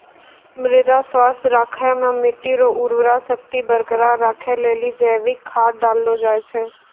मृदा स्वास्थ्य राखै मे मट्टी रो उर्वरा शक्ति बरकरार राखै लेली जैविक खाद डाललो जाय छै